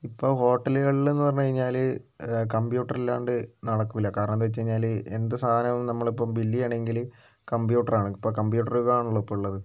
ഇപ്പോൾ ഹോട്ടലുകളിലെന്ന് പറഞ്ഞു കഴിഞ്ഞാൽ കമ്പ്യൂട്ടറില്ലാണ്ട് നടക്കില്ല കാരണമെന്താണെന്നു വച്ചു കഴിഞ്ഞാൽ എന്ത് സാധനവും നമ്മളിപ്പം ബില്ല് ചെയ്യണമെങ്കിൽ കമ്പ്യൂട്ടറാണ് ഇപ്പം കമ്പ്യൂട്ടർ യുഗമാണല്ലോ ഇപ്പോൾ ഉള്ളത്